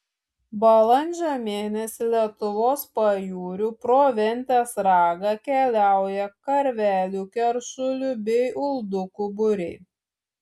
balandžio mėnesį lietuvos pajūriu pro ventės ragą keliauja karvelių keršulių bei uldukų būriai